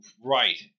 Right